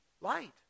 Light